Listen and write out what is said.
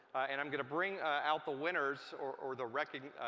and i'm going to bring out the winners or or the recognees.